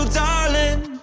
darling